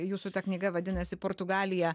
jūsų ta knyga vadinasi portugalija